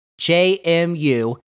JMU